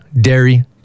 dairy